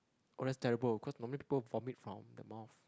oh that's terrible because normally people vomit from the mouth